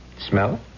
Smell